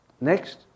Next